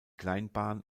kleinbahn